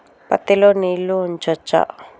పత్తి లో నీళ్లు ఉంచచ్చా?